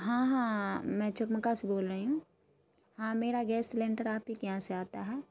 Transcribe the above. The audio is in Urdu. ہاں ہاں میں جگمگا سے بول رہی ہوں ہاں میرا گیس سلنڈڑ آپ ہی کے یہاں سے آتا ہے